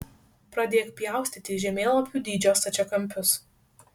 pradėk pjaustyti žemėlapių dydžio stačiakampius